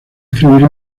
escribir